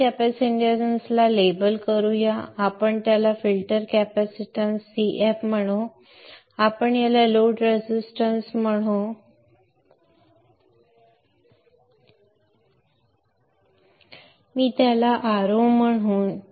या कॅपॅसिटन्सला लेबल करू या आपण त्याला फिल्टर कॅपॅसिटन्स Cf म्हणू आपण याला लोड रेझिस्टन्स म्हणू आपण त्याला Ro म्हणू